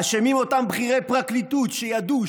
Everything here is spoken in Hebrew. אשמים אותם בכירי פרקליטות שידעו,